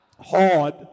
hard